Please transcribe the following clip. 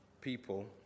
people